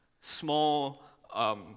small